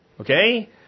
Okay